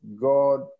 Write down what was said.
God